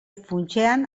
funtsean